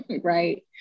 right